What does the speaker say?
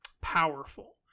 powerful